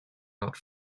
not